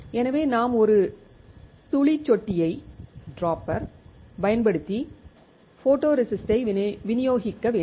எனவே நாம் ஒரு துளிசொட்டியைப் பயன்படுத்தி ஃபோட்டோரெசிஸ்ட்டை விநியோகிக்க வேண்டும்